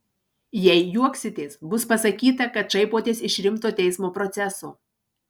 jei juoksitės bus pasakyta kad šaipotės iš rimto teismo proceso